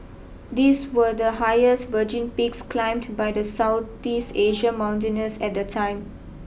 these were the highest virgin peaks climbed by the Southeast Asian mountaineers at the time